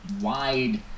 wide